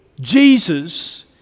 Jesus